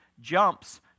jumps